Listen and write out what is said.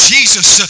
Jesus